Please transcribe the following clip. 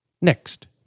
Next